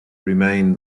remain